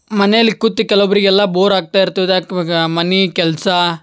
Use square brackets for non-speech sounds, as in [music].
ಮನೇಲಿ ಕುತ್ತಿ ಕೆಲ್ವೊಬ್ರಿಗೆಲ್ಲ ಬೋರ್ ಆಗ್ತಾ ಇರ್ತದೆ [unintelligible] ಇವಾಗ ಮನೆ ಕೆಲಸ